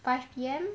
five P_M